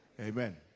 Amen